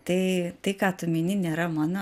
tai tai ką tu mini nėra mano